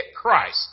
Christ